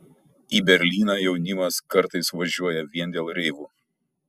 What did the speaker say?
į berlyną jaunimas kartais važiuoja vien dėl reivų